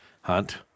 hunt